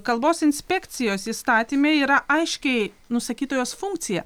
kalbos inspekcijos įstatyme yra aiškiai nusakyta jos funkcija